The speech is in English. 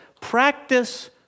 practice